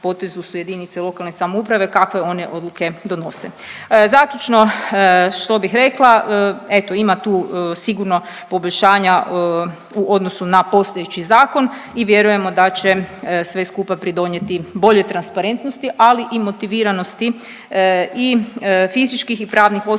potezu su jedinice lokalne samouprave, kakve one odluke donose. Zaključno, što bih rekla, eto ima tu sigurno poboljšanja u odnosu na postojeći zakon i vjerujemo da će sve skupa pridonijeti boljoj transparentnosti ali i motiviranosti i fizičkih i pravnih osoba